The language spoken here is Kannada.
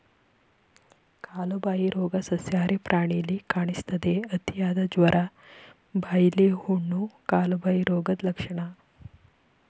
ಕಾಲುಬಾಯಿ ರೋಗ ಸಸ್ಯಾಹಾರಿ ಪ್ರಾಣಿಲಿ ಕಾಣಿಸ್ತದೆ, ಅತಿಯಾದ ಜ್ವರ, ಬಾಯಿಲಿ ಹುಣ್ಣು, ಕಾಲುಬಾಯಿ ರೋಗದ್ ಲಕ್ಷಣ